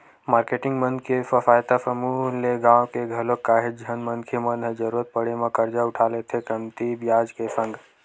marketing मन के स्व सहायता समूह ले गाँव के घलोक काहेच झन मनखे मन ह जरुरत पड़े म करजा उठा लेथे कमती बियाज के संग